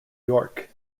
york